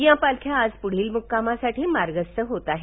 या पालख्या आज पुढील मुक्कामासाठी मार्गस्थ होत आहेत